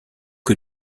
que